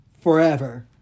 forever